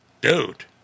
Dude